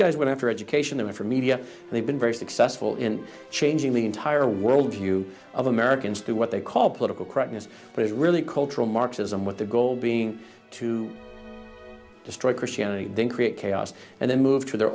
guys went after education and for media they've been very successful in changing the entire worldview of americans to what they call political correctness that is really cultural marxism with the goal being to destroy christianity and then create chaos and then move to the